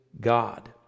God